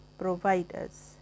providers